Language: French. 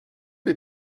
les